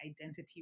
identity